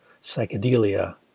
psychedelia